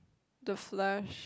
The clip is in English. the flash